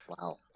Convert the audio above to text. Wow